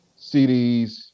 CDs